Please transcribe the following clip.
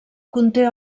conté